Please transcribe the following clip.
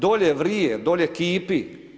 Dolje vrije, dolje kipi.